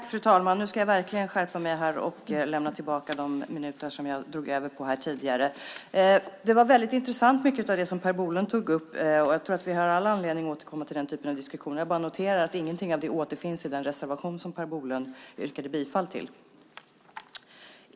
Fru talman! Nu ska jag verkligen skärpa mig och lämna tillbaka de minuter som jag drog över med tidigare här. Mycket av det som Per Bolund tagit upp är väldigt intressant. Jag tror att vi har all anledning att återkomma till den typen av diskussion. Men jag noterar att inget av det återfinns i den reservation som Per Bolund yrkat bifall till.